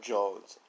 Jones